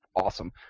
awesome